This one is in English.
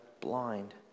blind